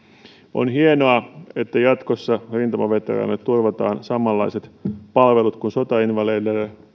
on hienoa että jatkossa rintamaveteraaneille turvataan samanlaiset palvelut kuin sotainvalideille